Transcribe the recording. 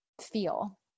feel